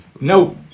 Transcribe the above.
No